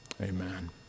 Amen